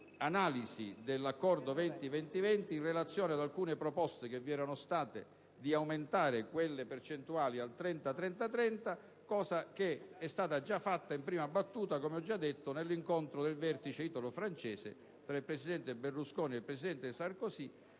dell'Accordo 20-20-20 in relazione ad alcune proposte che vi erano state, volte ad aumentare quelle percentuali al 30-30-30, cosa già fatta in prima battuta, come ho già detto, nell'incontro al Vertice italo-francese tra il presidente Berlusconi e il presidente Sarkozy,